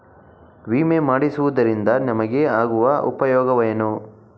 ವಿಮೆ ಮಾಡಿಸುವುದರಿಂದ ನಮಗೆ ಆಗುವ ಉಪಯೋಗವೇನು?